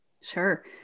Sure